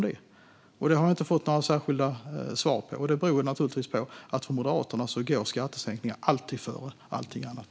Det har jag inte fått några särskilda svar på, och det beror naturligtvis på att skattesänkningar för Moderaterna alltid går före allting annat.